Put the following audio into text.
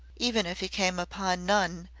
even if he came upon none,